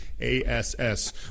ASS